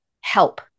Help